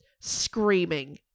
screaming